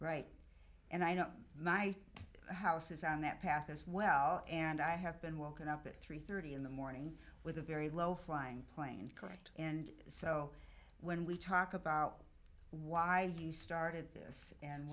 right and i know my house is on that path as well and i have been woken up at three thirty in the morning with a very low flying plane correct and so when we talk about why you started this and